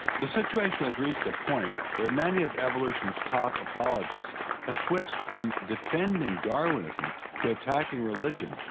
the situation has reached a point where many of evolution's top apologists have switched from defending darwinism to attacking religion,